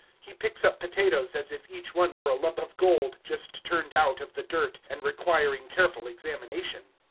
he picks up potatoes as if each one were a lump of gold just turned out of the dirt, and requiring careful examination.